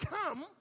come